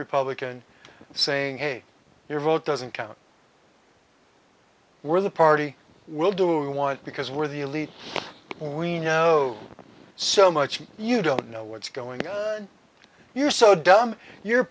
republican saying hey your vote doesn't count we're the party will do you want because we're the elite we know so much you don't know what's going on you're so dumb you're